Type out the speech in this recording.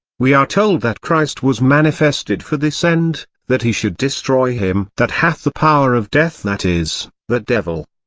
we are told that christ was manifested for this end, that he should destroy him that hath the power of death that is, the devil.